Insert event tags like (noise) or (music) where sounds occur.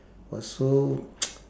was so (noise)